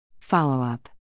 Follow-up